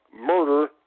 murder